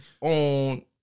on